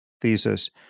thesis